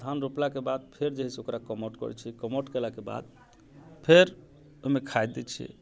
धान रोपलाके बाद फेर जे है से ओकरा कमोठ करै छी कमोठ केलाके बाद फेर ओहिमे खाद दै छी